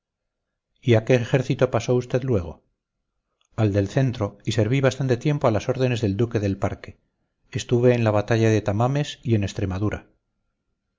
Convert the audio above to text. a qué ejército pasó usted luego al del centro y serví bastante tiempo a las órdenes del duque del parque estuve en la batalla de tamames y en extremadura